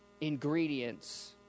ingredients